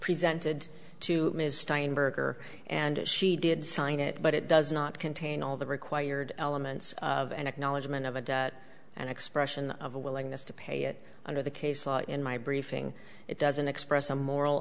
presented to ms steinberger and she did sign it but it does not contain all the required elements of an acknowledgment of a debt and expression of a willingness to pay it under the case law in my briefing it doesn't express a moral